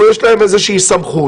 או יש להם איזו שהיא סמכות,